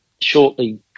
Shortly